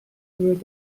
through